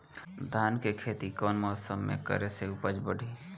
धान के खेती कौन मौसम में करे से उपज बढ़ी?